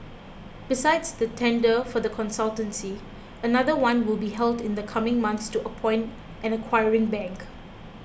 besides the tender for the consultancy another one will be held in the coming months to appoint an acquiring bank